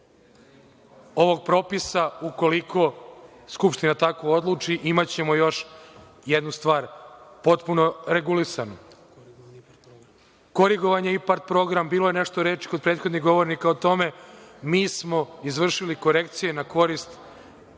ovog propisa, ukoliko Skupština tako odluči, imaćemo još jednu stvar potpuno regulisanu. Korigovan je IPARD program, bilo je nešto reči kod prethodnih govornika o tome. Mi smo izvršili korekcije na korist